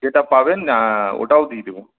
যেটা পাবেন ওটাও দিয়ে দেব